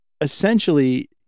essentially